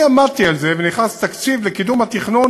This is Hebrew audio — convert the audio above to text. אני עמדתי על זה, ונכנס תקציב לקידום התכנון